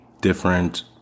different